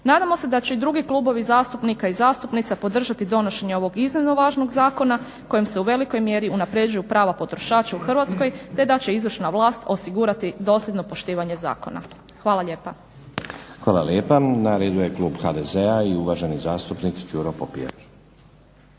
Nadamo se da će i drugi klubovi zastupnika i zastupnica podržati donošenje ovog iznimno važnog zakona, kojim se u velikoj mjeri unaprjeđuju prava potrošača u Hrvatskoj, te da će izvršna vlast osigurati dosljedno poštivanje zakona. Hvala lijepa. **Stazić, Nenad (SDP)** Hvala lijepa. Na redu je klub HDZ-a i uvaženi zastupnik Đuro Popijač.